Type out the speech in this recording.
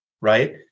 right